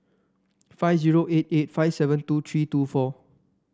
five zero eight eight five seven two three two four